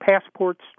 passports